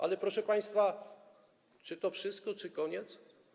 Ale, proszę państwa, czy to wszystko, czy to koniec?